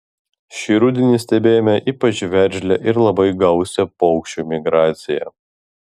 šį rudenį stebėjome ypač veržlią ir labai gausią paukščių migraciją